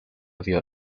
viola